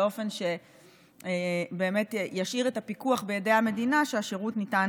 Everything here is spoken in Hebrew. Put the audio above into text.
באופן שבאמת ישאיר בידי המדינה את הפיקוח על כך שהשירות ניתן